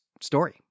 story